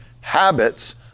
habits